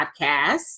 podcast